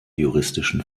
juristischen